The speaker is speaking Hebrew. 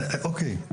אוקיי.